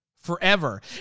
forever